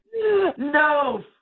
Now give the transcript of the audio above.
No